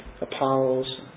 Apollos